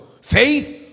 Faith